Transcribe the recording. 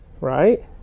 right